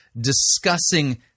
discussing